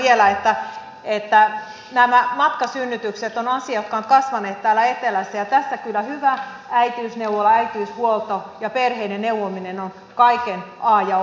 totean vielä että nämä matkasynnytykset ovat lisääntyneet täällä etelässä ja tässä kyllä hyvä äitiysneuvola äitiyshuolto ja perheiden neuvominen on kaiken a ja o